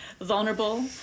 vulnerable